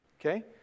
Okay